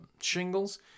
shingles